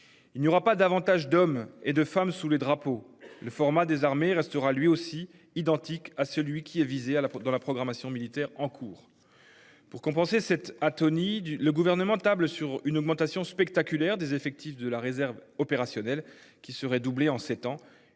Il n'y aura pas davantage d'hommes et de femmes sous les drapeaux. Le format des armées restera lui aussi identique à celui qui est visé à la porte de la programmation militaire en cours. Pour compenser cette atonie du. Le gouvernement table sur une augmentation spectaculaire des effectifs de la réserve opérationnelle qui serait doublé en 7 ans